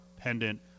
pendant